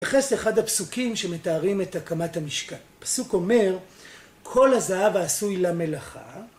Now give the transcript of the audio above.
מתייחס לאחד הפסוקים שמתארים את הקמת המשכן. הפסוק אומר, כל הזהב עשוי למלאכה